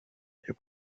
you